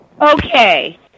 Okay